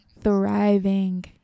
thriving